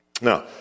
now